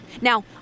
Now